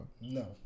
No